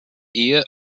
ehe